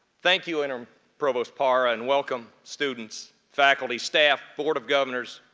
thank you, and um provost para, and welcome students, faculty, staff, board of governors,